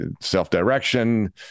self-direction